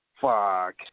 Fuck